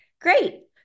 great